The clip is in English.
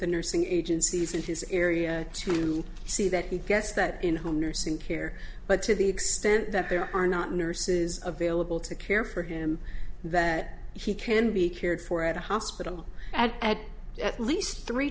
the nursing agencies in his area to see that he gets that in home nursing care but to the extent that there are not nurses available to care for him that he can be cared for at a hospital and at at least three